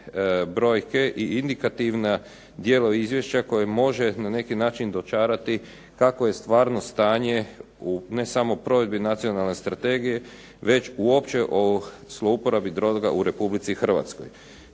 brojke i indikativna dijela izvješća koje može na neki način dočarati kakvo je stvarno stanje u ne samo provedbi Nacionalne strategije već uopće o zlouporabi droga u RH. Tako